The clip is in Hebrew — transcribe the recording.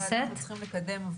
אנחנו צריכים לקדם עבודה.